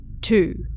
Two